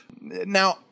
Now